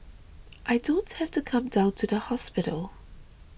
I don't have to come down to the hospital